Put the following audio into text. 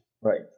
Right